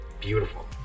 beautiful